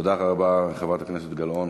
תודה רבה לחברת הכנסת גלאון.